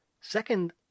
Second